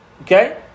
Okay